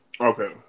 Okay